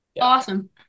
Awesome